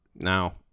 Now